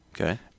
Okay